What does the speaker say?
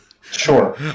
Sure